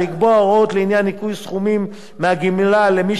לקבוע הוראות לעניין ניכוי סכומים מהגמלה למי